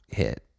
hit